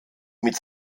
mit